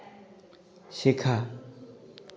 শেখা